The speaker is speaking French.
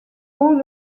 haut